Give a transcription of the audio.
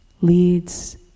leads